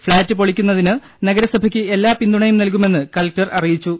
flat പൊളിക്കുന്നതിന് നഗരസഭയ്ക്ക് എല്ലാ പിന്തുണയും നൽകുമെന്ന് കലക്ടർ അറിയിച്ചു